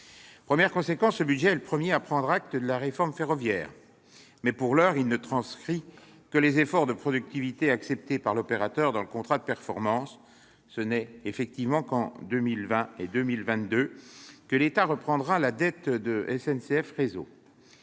Première conséquence : ce budget est le premier à prendre acte de la réforme ferroviaire. Mais, pour l'heure, il ne transcrit que les efforts de productivité acceptés par l'opérateur dans le contrat de performance. Ce n'est qu'en 2020 et 2022 que l'État reprendra la dette de SNCF Réseau.